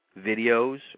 videos